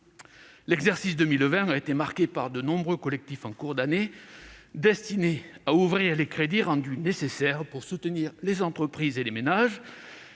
L'exercice 2020 a été marqué par de nombreux collectifs budgétaires en cours d'année, destinés à ouvrir les crédits rendus nécessaires pour soutenir les entreprises et les ménages,